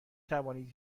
توانید